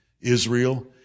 Israel